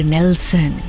Nelson